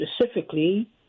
specifically